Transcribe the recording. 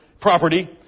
property